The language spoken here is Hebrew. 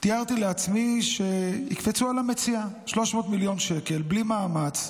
תיארתי לעצמי שיקפצו על המציאה: 300 מיליון שקל בלי מאמץ,